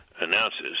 announces